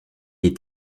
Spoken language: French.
est